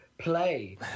play